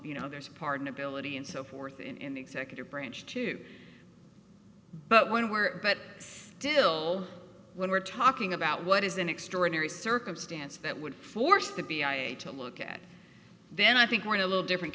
you know there's a pardon ability and so forth in executive branch to but when we're but still when we're talking about what is an extraordinary circumstance that would force to look at then i think we're in a little different